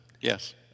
yes